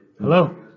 Hello